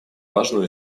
важную